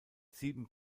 sieben